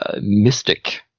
mystic